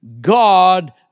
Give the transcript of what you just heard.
God